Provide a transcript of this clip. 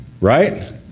Right